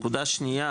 שתיים,